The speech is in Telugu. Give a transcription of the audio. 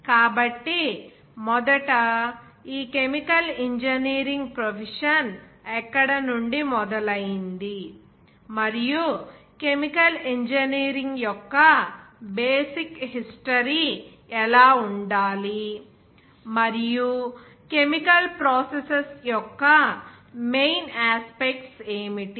కాబట్టి మొదట ఈ కెమికల్ ఇంజనీరింగ్ ప్రొఫెషన్ ఎక్కడ నుండి మొదలైంది మరియు కెమికల్ ఇంజనీరింగ్ యొక్క బేసిక్ హిస్టరీ ఎలా ఉండాలి మరియు కెమికల్ ప్రాసెసస్ యొక్క మెయిన్ యాస్పెక్ట్స్ ఏమిటి